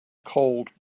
cold